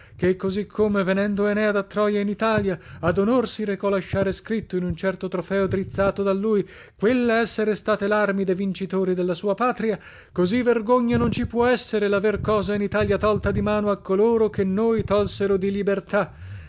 ché così come venendo enea da troia in italia ad onor si recò lasciare scritto in un certo trofeo drizzato da lui quelle essere state larmi de vincitori della sua patria così vergogna non ci può essere laver cosa in italia tolta di mano a coloro che noi tolsero di libertà